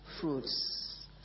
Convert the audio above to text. fruits